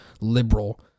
liberal